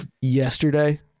yesterday